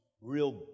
real